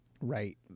right